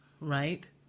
Right